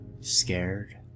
scared